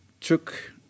took